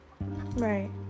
Right